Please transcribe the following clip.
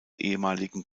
ehemaligen